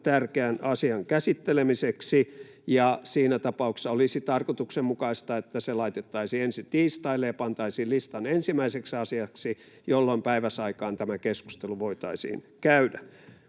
tärkeän asian käsittelemiseksi, ja siinä tapauksessa olisi tarkoituksenmukaista, että se laitettaisiin ensi tiistaille ja pantaisiin listan ensimmäiseksi asiaksi, jolloin päiväsaikaan tämä keskustelu voitaisiin käydä.